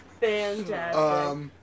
Fantastic